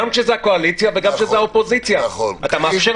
יש פה